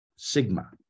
Sigma